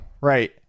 right